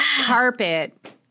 carpet